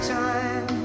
time